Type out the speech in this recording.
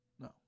No